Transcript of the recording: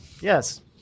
Yes